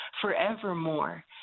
forevermore